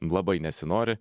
labai nesinori